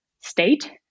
state